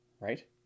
Right